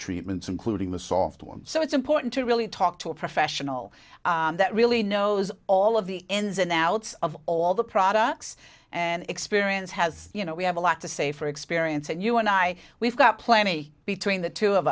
treatments including the soft ones so it's important to really talk to a professional that really knows all of the ins and outs of all the products and experience has you know we have a lot to say for experience and you and i we've got plenty between the two of